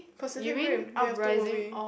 Pacific Rim they have two movie